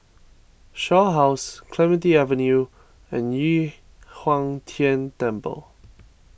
Shaw House Clementi Avenue and Yu Huang Tian Temple